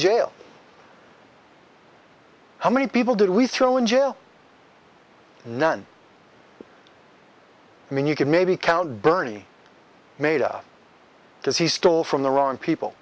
jail how many people did we throw in jail none i mean you could maybe count bernie made up because he stole from the wrong people